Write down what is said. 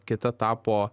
kita tapo